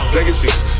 Legacies